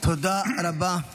תודה רבה.